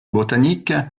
botanique